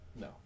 No